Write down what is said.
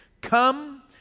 Come